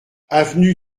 avenue